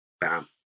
bam